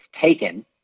taken